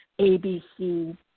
ABC